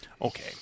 Okay